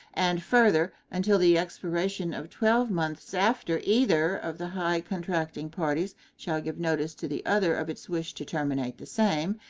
and, further, until the expiration of twelve months after either of the high contracting parties shall give notice to the other of its wish to terminate the same,